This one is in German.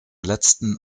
letzten